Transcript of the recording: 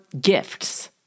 gifts